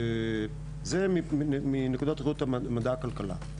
זה מנקודת ראות של מדע הכלכלה.